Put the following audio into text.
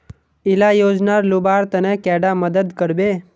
इला योजनार लुबार तने कैडा मदद करबे?